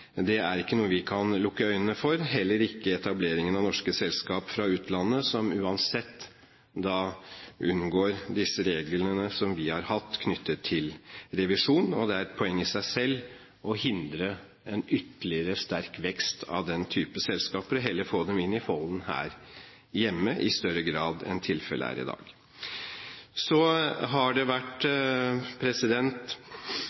det er ikke noe vi kan lukke øynene for, heller ikke etableringen av norske selskaper i utlandet, som uansett unngår disse reglene som vi har hatt knyttet til revisjon. Det er et poeng i seg selv å hindre en ytterligere sterk vekst av den typen selskaper og heller få dem inn i folden her hjemme i større grad enn tilfellet er i dag. Så har det vært